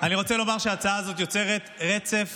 אני רוצה לומר שההצעה הזאת יוצרת רצף